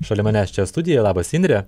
šalia manęs čia studijoje labas indre